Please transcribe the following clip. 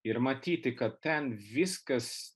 ir matyti kad ten viskas